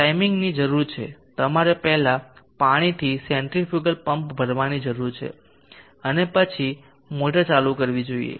પ્રાઇમિંગની જરૂર છે તમારે પહેલા પાણીથી સેન્ટ્રીફ્યુગલ પંપ ભરવાની જરૂર છે અને પછી મોટર ચાલુ કરવી જોઈએ